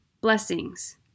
blessings